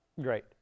great